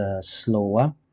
slower